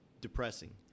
depressing